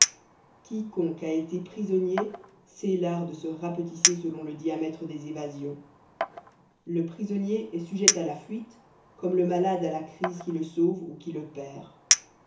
quiconque a été prisonnier sait l'art de se rapetisser selon le diamètre des évasions le prisonnier est sujet à la fuite comme le malade à la crise qui le sauve ou qui le perd